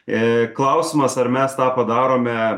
e klausimas ar mes tą padarome